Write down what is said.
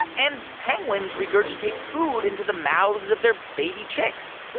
and penguins regurgitate food into the mouths of their baby chicks